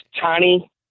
tiny